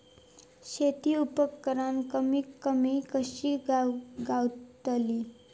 शेती उपकरणा कमी किमतीत कशी गावतली?